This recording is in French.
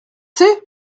heure